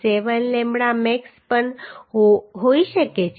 7 lambda max પણ હોઈ શકે છે